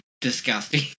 disgusting